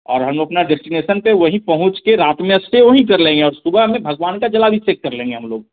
और हम लोग अपना डेस्टिनेसन पर वहीं पहुँच के रात में अस्टे वहीं कर लेंगे और सुबह में भगवान का जलाभिषेक कर लेंगे हम लोग